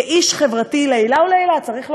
כאיש חברתי לעילא ולעילא, צריך לומר,